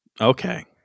Okay